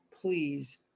please